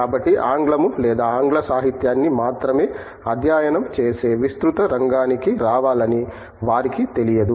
కాబట్టి ఆంగ్లము లేదా ఆంగ్ల సాహిత్యాన్ని మాత్రమే అధ్యయనం చేసే విస్తృత రంగానికి రావాలని వారికి తెలియదు